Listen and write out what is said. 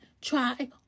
try